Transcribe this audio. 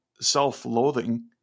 self-loathing